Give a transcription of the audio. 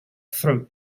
throat